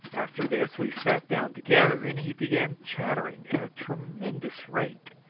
after this we sat down together, and he began chattering at a tremendous rate,